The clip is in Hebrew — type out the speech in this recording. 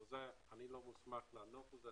אבל אני לא מוסמך לענות על זה,